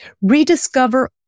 rediscover